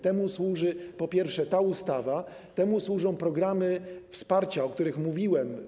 Temu służą, po pierwsze, ta ustawa, po drugie, programy wsparcia, o których mówiłem.